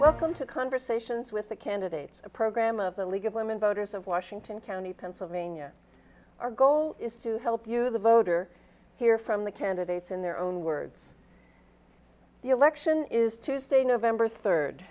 welcome to conversations with the candidates a program of the league of women voters of washington county pennsylvania our goal is to help you the voter hear from the candidates in their own words the election is tuesday november third